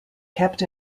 kept